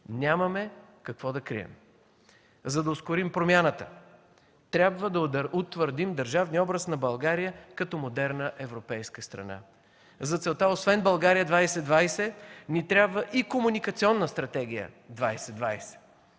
нямаме какво да крием. За да ускорим промяната, трябва да утвърдим държавния образ на България като модерна европейска страна. За целта освен „България 2020”, ни трябва и „Комуникационна стратегия 2020”.